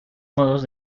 modos